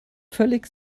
völlig